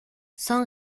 son